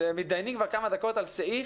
מדיינים כבר כמה דקות על סעיף,